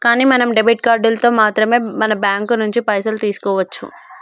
కానీ మనం డెబిట్ కార్డులతో మాత్రమే మన బ్యాంకు నుంచి పైసలు తీసుకోవచ్చు